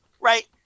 right